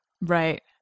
Right